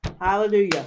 hallelujah